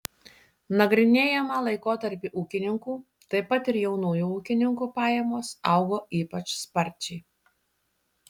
nagrinėjamą laikotarpį ūkininkų taip pat ir jaunųjų ūkininkų pajamos augo ypač sparčiai